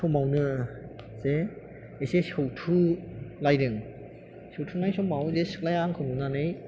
समावनो जे एसे सौथुलायदों सौथुनाय समाव बे सिख्लाया आंखौ नुनानै